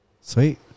Sweet